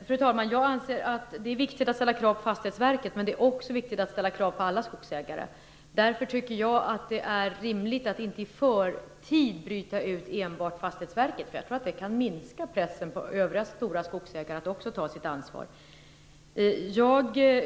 Fru talman! Jag anser att det är viktigt att ställa krav på Fastighetsverket. Men det är också viktigt att ställa krav på alla skogsägare. Därför tycker jag att det är rimligt att inte förtid bryta ut enbart Fastighetsverket. Jag tror att det kan minska pressen på övriga stora skogsägare att också ta sitt ansvar.